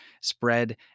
spread